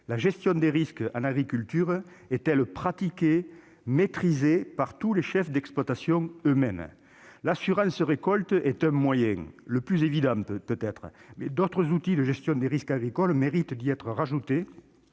la gestion des risques en agriculture est-elle pratiquée et maîtrisée par tous les chefs d'exploitations ? L'assurance récolte est un moyen, le plus évident peut-être, mais d'autres outils de gestion des risques agricoles méritent d'y être ajoutés